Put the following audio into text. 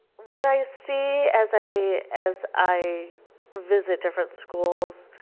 what i see as i as i visit different schools,